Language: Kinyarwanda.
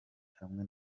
hamwe